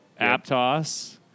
Aptos